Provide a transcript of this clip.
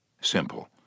Simple